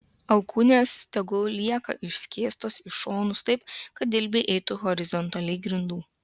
alkūnės tegul lieka išskėstos į šonus taip kad dilbiai eitų horizontaliai grindų